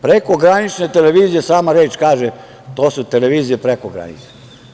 Prekogranične televizije, sama reč kaže, to su televizije preko granice.